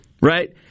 right